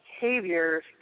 behaviors